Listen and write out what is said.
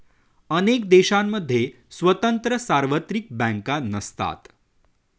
अनेक देशांमध्ये स्वतंत्र सार्वत्रिक बँका नसतात